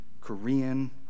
Korean